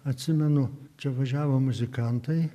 atsimenu čia važiavo muzikantai